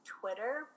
Twitter